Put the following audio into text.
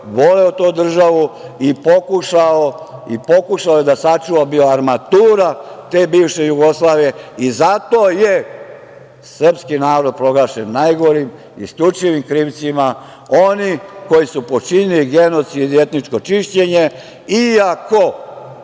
voleo tu državu i pokušao da sačuva, bio armatura te bivše Jugoslavije. Zato je srpski narod proglašen najgorim, isključivim krivcem, oni koji su počinili genocid i etničko čišćenje, iako